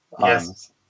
Yes